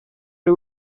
ari